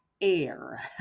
air